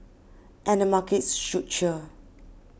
and the markets should cheer